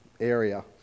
area